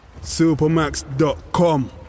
Supermax.com